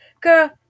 girl